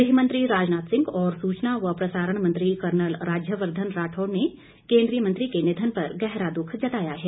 गृहमंत्री राजनाथ सिंह और सूचना व प्रसारण मंत्री कर्नल राज्यवर्धन राठौड़ ने केन्द्रीय मंत्री के निधन पर गहरा दुख जताया है